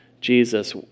Jesus